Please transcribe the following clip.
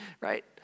right